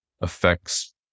affects